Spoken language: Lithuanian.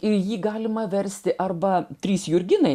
ir jį galima versti arba trys jurginai